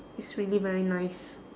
it's really very nice